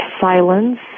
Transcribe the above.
silence